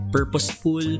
purposeful